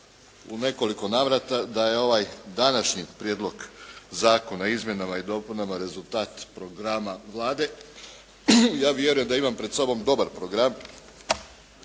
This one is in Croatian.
u nekoliko navrata da je ovaj današnji prijedlog zakona o izmjenama i dopunama rezultat programa Vlade i ja vjerujem da imam pred sobom dobar program,